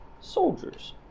soldiers